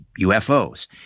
ufos